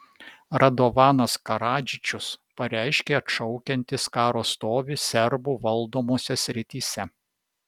radovanas karadžičius pareiškė atšaukiantis karo stovį serbų valdomose srityse